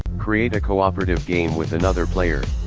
create a cooperative game with another player.